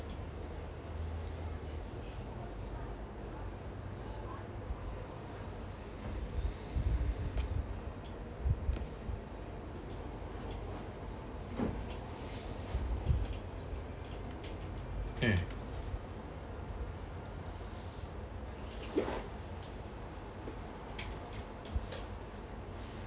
mm